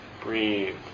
Breathe